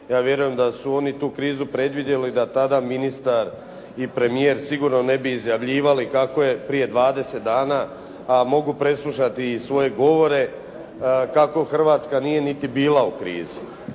Ja vjerujem da su oni tu krizu predvidjeli da tada ministar i premijer sigurno ne bi izjavljivali kako je prije 20 dana a mogu preslušati i svoje govore, kako Hrvatska nije niti bila u krizi.